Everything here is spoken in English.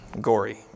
Gory